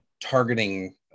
targeting